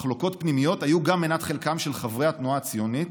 מחלוקות פנימיות היו גם מנת חלקם של חברי התנועה הציונית,